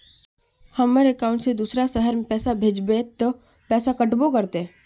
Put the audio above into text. हमर अकाउंट से दूसरा शहर पैसा भेजबे ते पैसा कटबो करते?